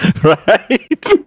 Right